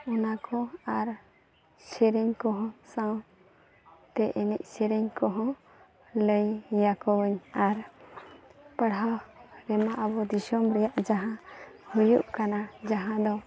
ᱚᱱᱟᱠᱚ ᱟᱨ ᱥᱮᱨᱮᱧ ᱠᱚᱦᱚᱸ ᱥᱟᱶᱛᱮ ᱮᱱᱮᱡ ᱥᱮᱨᱮᱧ ᱠᱚᱦᱚᱸ ᱞᱟᱹᱭ ᱟᱠᱚᱣᱟᱧ ᱟᱨ ᱯᱟᱲᱦᱟᱣ ᱨᱮᱱᱟᱜ ᱟᱵᱚ ᱫᱤᱥᱚᱢ ᱨᱮᱱᱟᱜ ᱡᱟᱦᱟᱸ ᱦᱩᱭᱩᱜ ᱠᱟᱱᱟ ᱡᱟᱦᱟᱸᱫᱚ